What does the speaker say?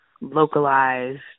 localized